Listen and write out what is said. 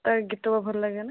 ତା'ଗୀତ over ଲାଗେ ନା